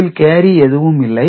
இதில் கேரி எதுவும் இல்லை